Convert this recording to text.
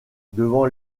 devant